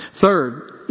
Third